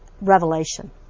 Revelation